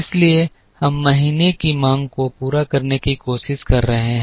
इसलिए हम महीने की मांग को पूरा करने की कोशिश कर रहे हैं